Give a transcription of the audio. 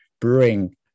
brewing